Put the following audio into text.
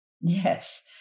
Yes